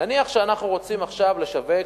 נניח שאנחנו רוצים עכשיו לשווק,